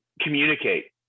communicate